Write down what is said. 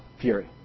fury